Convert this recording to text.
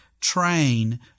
train